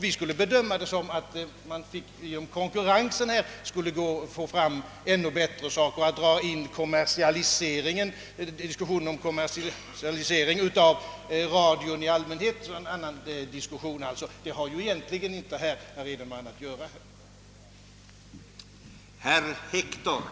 Vi bedömer tvärtom saken så, att man genom konkurrens skulle kunna åstadkomma ännu bättre material. Frågan om kommersialisering av radion i allmänhet — vilket är något helt annat — har egentligen inte, herr Edenman, i denna diskussion att göra.